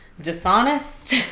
dishonest